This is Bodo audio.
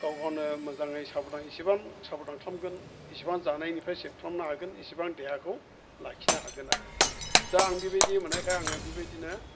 गाव गावनो मोजाङै साबधान एसेबां साबधान खालामगोन एसेबां जानायनिफ्राय सेब खालामनो हागोन एसेबां देहाखौ लाखिनो हागोन आरो दा आं बेबायदि मोननायखाय आङो बेबायदिनो